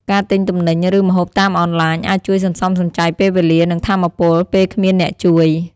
ការទិញទំនិញ ឬម្ហូបតាមអានឡាញអាចជួយសន្សំសំចៃពេលវេលា និងថាមពល ពេលគ្មានអ្នកជួយ។